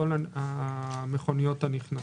כל המכוניות הנכנסות.